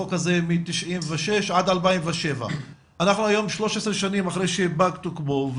החוק הזה מ-96' עד 2007. אנחנו היום 13 שנים אחרי שפג תוקפו,